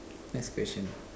next question